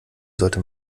sollte